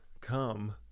come